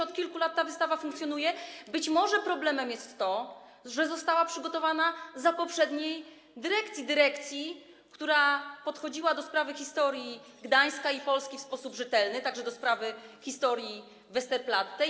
Od kilku lat ta wystawa funkcjonuje, być może problemem jest to, że została przygotowana za poprzedniej dyrekcji, która podchodziła do sprawy historii Gdańska i Polski w sposób rzetelny, także do sprawy historii Westerplatte.